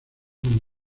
como